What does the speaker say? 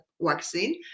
vaccine